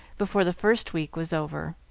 before the first week was over.